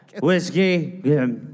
Whiskey